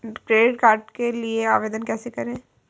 Credit card के लिए आवेदन कैसे करें?